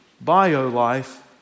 bio-life